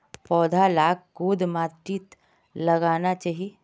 पौधा लाक कोद माटित लगाना चही?